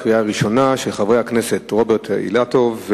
של חברי הכנסת רוברט אילטוב,